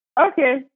Okay